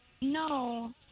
No